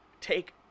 take